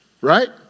right